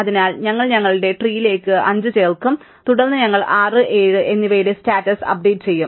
അതിനാൽ ഞങ്ങൾ ഞങ്ങളുടെ ട്രീലേക്ക് 5 ചേർക്കും തുടർന്ന് ഞങ്ങൾ 6 7 എന്നിവയുടെ സ്റ്റാറ്റസ് അപ്ഡേറ്റ് ചെയ്യും